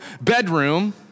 bedroom